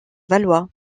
valois